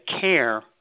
care